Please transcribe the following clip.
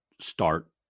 start